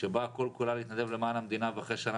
שבאה כל כולה להתנדב למען המדינה ואחרי שנה